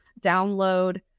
download